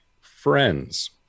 friends